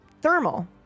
thermal